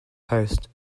host